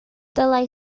dylai